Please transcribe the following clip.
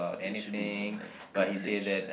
that should be like privilege